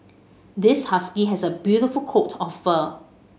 this husky has a beautiful coat of fur